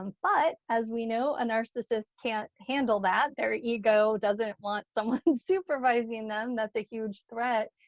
um but as we know a narcissist can't handle that. their ego doesn't want someone supervising them. that's a huge threat.